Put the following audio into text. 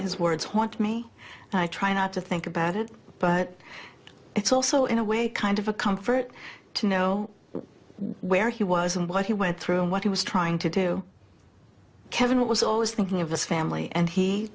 his words haunt me i try not to think about it but it's also in a way kind of a comfort to know where he was and what he went through and what he was trying to do kevin was always thinking of his family and he